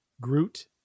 groot